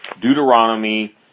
Deuteronomy